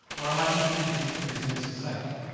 or am i just being busy for busyness ah sake?